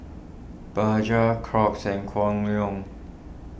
Bajaj Crocs and Kwan Loong